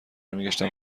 میگشتم